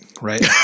Right